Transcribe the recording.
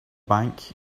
bank